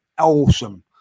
awesome